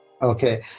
Okay